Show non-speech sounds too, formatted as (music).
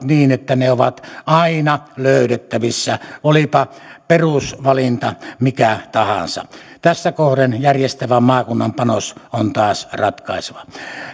(unintelligible) niin että ne ovat aina löydettävissä olipa perusvalinta mikä tahansa tässä kohden järjestävän maakunnan panos on taas ratkaiseva